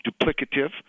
duplicative